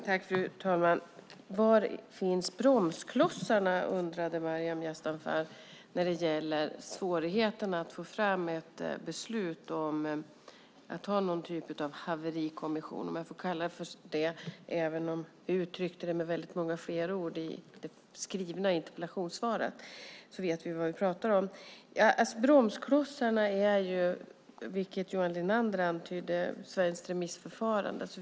Fru talman! Var finns bromsklossarna, undrade Maryam Yazdanfar, när det gäller svårigheterna att få fram ett beslut om att ha någon typ av haverikommission, om jag får kalla det för det även om jag uttryckte det med många fler ord i det skrivna interpellationssvaret. Bromsklossen är, vilket Johan Linander antydde, svenskt remissförfarande.